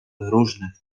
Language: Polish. różnych